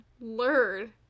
Lured